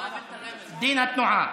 דין התנועה,